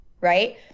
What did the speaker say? right